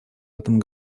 этом